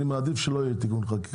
אני מעדיף שלא יהיה תיקון חקיקה,